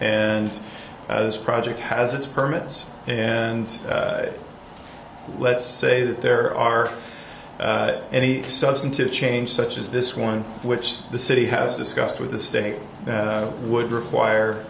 and this project has its permits and let's say that there are any substantive change such as this one which the city has discussed with the state would require